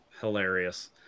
Hilarious